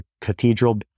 cathedral